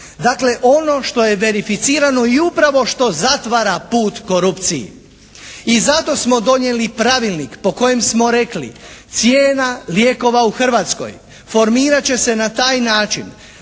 Dakle, ono što je verificirano i upravo što zatvara put korupciji i zato smo donijeli pravilnik po kojem smo rekli cijena lijekova u Hrvatskoj formirat će se na taj način